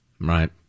Right